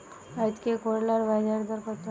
আজকে করলার বাজারদর কত?